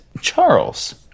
Charles